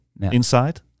inside